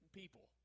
people